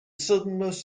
southernmost